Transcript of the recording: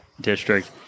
District